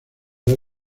ver